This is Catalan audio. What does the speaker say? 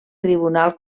tribunal